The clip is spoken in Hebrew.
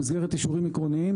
במסגרת אישורים מקומיים,